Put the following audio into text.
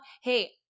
hey